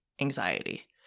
anxiety